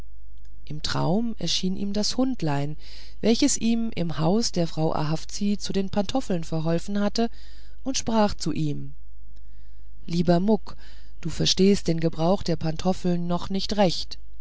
im traum erschien ihm das hundlein welches ihm im hause der frau ahavzi zu den pantoffeln verholfen hatte und sprach zu ihm lieber muck du verstehst den gebrauch der pantoffeln noch nicht recht